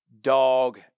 dog